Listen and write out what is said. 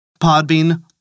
Podbean